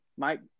Mike –